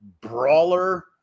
brawler